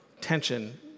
Tension